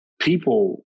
People